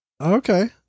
okay